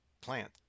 plant